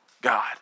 God